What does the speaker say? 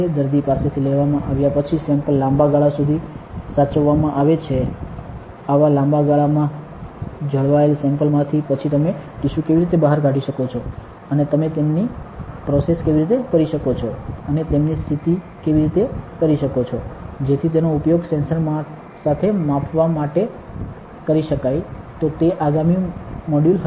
દર્દી પાસેથી લેવામાં આવ્યા પછી સેમ્પલ લાંબા ગાળા સુધી સાચવવામા આવે છે આવા લાંબા ગાળામા જાળવાયેલ સેમ્પલમાથી પછી તમે ટિસ્યૂ કેવી રીતે બહાર કાઢી શકો છો અને તમે તેમની પ્રોસેસ કેવી રીતે કરી શકો છો અને તેમની સ્થિતિ કેવી રીતે કરી શકો છો જેથી તેનો ઉપયોગ સેન્સર સાથે માપવા માટે કરી શકાય તો તે આગામી મોડ્યુલ હશે